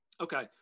Okay